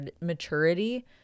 maturity